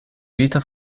vita